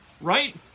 right